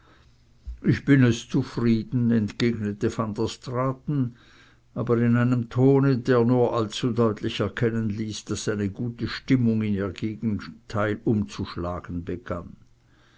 ich bin es zufrieden entgegnete van der straaten aber in einem tone der nur allzu deutlich erkennen ließ daß seine gute stimmung in ihr gegenteil umzuschlagen begann